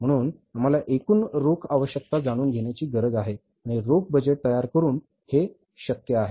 म्हणून आम्हाला एकूण रोख आवश्यकता जाणून घेण्याची गरज आहे आणि रोख बजेट तयार करुन हे शक्य आहे